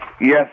yes